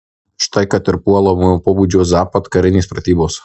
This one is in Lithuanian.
štai kad ir puolamojo pobūdžio zapad karinės pratybos